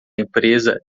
empresa